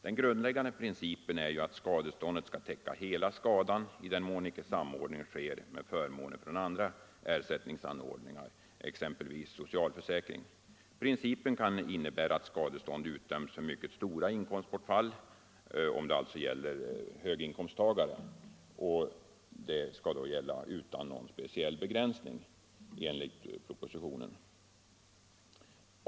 Den grundläggande principen är ju att skadeståndet skall täcka hela skadan i den mån icke samordning sker med förmåner från andra försäkringsanordningar, exempelvis socialförsäkring. Principen kan innebära att skadestånd utdöms för mycket stora inkomstbortfall —- om det alltså är fråga om höginkomsttagare — utan någon speciell begränsning.